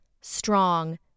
strong